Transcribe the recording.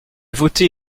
voté